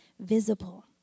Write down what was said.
visible